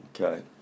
Okay